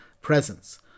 presence